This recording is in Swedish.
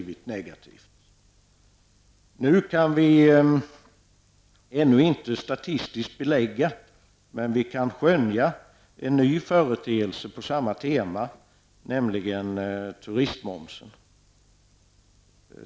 Vi kan ännu inte statistiskt belägga men vi kan skönja en ny företeelse på samma tema, nämligen turistmomsen.